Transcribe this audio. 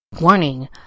Warning